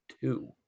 two